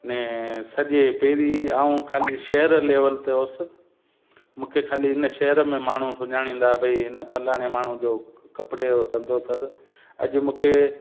अने सॼे पहिरीं आऊं खाली शहर लेवल ते हुअसि मूंखे खाली इन शहर में माण्हू सुञाणींदा भई हिन फलाणे माण्हू जो कपिड़े जो धंधो अथसि अॼु मूंखे